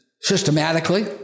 systematically